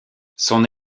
son